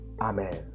Amen